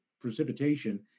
precipitation